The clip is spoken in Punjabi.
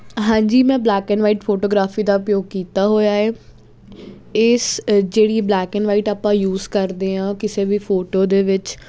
ਹਾਂਜੀ ਮੈਂ ਬਲੈਕ ਐਂਡ ਵਾਈਟ ਫੋਟੋਗ੍ਰਾਫੀ ਦਾ ਉਪਯੋਗ ਕੀਤਾ ਹੋਇਆ ਹੈ ਇਸ ਜਿਹੜੀ ਬਲੈਕ ਐਂਡ ਵਾਈਟ ਆਪਾਂ ਯੂਸ ਕਰਦੇ ਹਾਂ ਕਿਸੇ ਵੀ ਫੋਟੋ ਦੇ ਵਿੱਚ